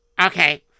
Okay